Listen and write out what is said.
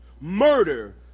murder